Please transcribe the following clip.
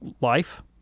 life